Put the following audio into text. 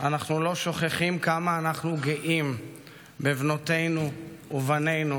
אנחנו לא שוכחים כמה אנחנו גאים בבנותינו ובנינו,